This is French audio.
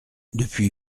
depuis